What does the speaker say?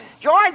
George